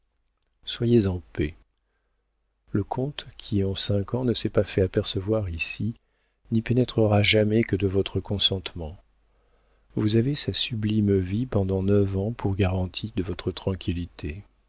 soyez en paix le comte qui en cinq ans ne s'est pas fait apercevoir ici n'y pénétrera jamais que de votre consentement vous avez sa sublime vie pendant neuf ans pour garantie de votre tranquillité